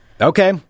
Okay